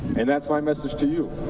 and that's my message to you.